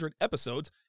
episodes